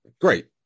great